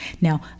Now